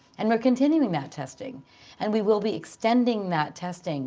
and we're continuing that testing and we will be extending that testing